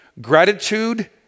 Gratitude